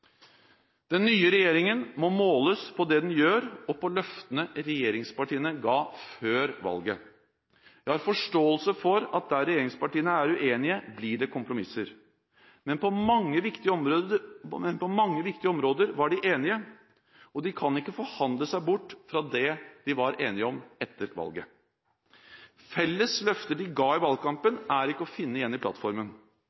Den nye regjeringen må måles på det den gjør, og på løftene regjeringspartiene ga før valget. Jeg har forståelse for at der regjeringspartiene er uenige, blir det kompromisser. Men på mange viktige områder var de enige, og de kan ikke forhandle seg bort fra det de var enige om, etter valget. Felles løfter de ga i